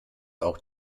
auch